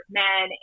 men